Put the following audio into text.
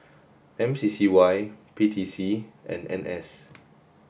M C C Y P T C and N S